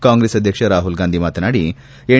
ಕಾಂಗ್ರೆಸ್ ಅಧ್ಯಕ್ಷ ರಾಹುಲ್ ಗಾಂಧಿ ಮಾತನಾಡಿ ಎನ್